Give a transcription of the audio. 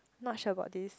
not sure about this